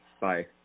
Bye